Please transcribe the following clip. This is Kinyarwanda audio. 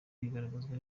bigaragazwa